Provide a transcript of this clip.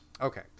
Okay